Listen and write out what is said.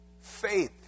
Faith